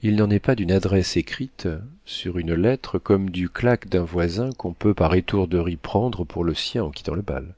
il n'en est pas d'une adresse écrite sur une lettre comme du claque d'un voisin qu'on peut par étourderie prendre pour le sien en quittant le bal